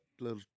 little